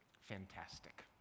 Fantastic